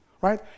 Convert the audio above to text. right